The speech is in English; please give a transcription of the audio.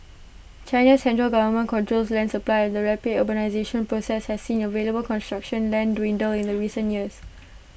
China's central government controls land supply and the rapid urbanisation process has seen available construction land dwindle in recent years